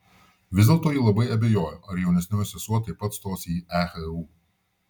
vis dėlto ji labai abejojo ar jaunesnioji sesuo taip pat stos į ehu